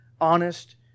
honest